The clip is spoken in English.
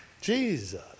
Jesus